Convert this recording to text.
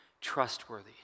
trustworthy